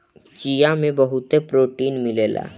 चिया में बहुते प्रोटीन मिलेला